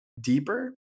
deeper